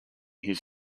his